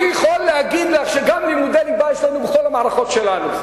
אני יכול להגיד לך שגם לימודי ליבה יש לנו בכל המערכות שלנו,